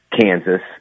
Kansas